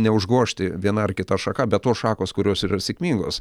neužgožti viena ar kita šaka bet tos šakos kurios yra ir sėkmingos